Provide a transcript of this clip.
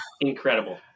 incredible